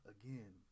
Again